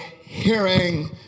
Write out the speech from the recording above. hearing